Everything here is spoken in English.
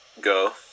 go